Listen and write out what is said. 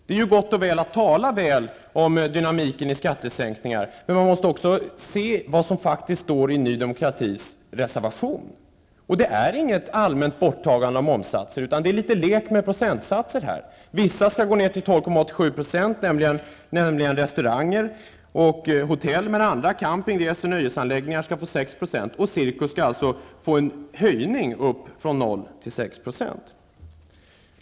Det är gott och väl att man talar om dynamiken i skattesänkningar, men vi måste också se på vad som står i Ny Demokratis reservation. Där föreslås inget allmänt borttagande av momssatser, utan det är en lek med procentsatser. För vissa, nämligen hotell och restauranger, skall momsen sänkas till 12,87 %, medan camping, parker och nöjesanläggningar skall få en moms på 6 %, och på cirkusnäringen skall läggas en ny moms om 6 %.